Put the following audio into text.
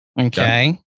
Okay